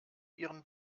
ihren